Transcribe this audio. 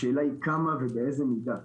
השאלה היא כמה ובאיזו מידה.